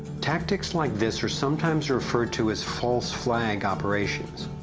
tactics like this are sometimes referred to as false flag operations.